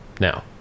Now